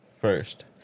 first